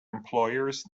employers